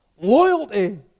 loyalty